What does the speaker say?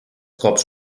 cops